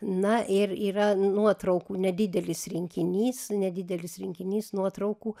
na ir yra nuotraukų nedidelis rinkinys nedidelis rinkinys nuotraukų